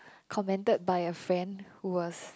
commented by a friend who was